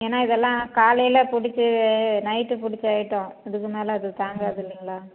ஏன்னால் இதெல்லாம் காலையில் பிடிச்சு நைட்டு பிடிச்ச ஐட்டம் இதுக்கு மேலே அது தாங்காது இல்லைங்களா